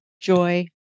joy